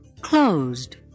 closed